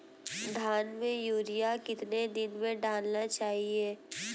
धान में यूरिया कितने दिन में डालना चाहिए?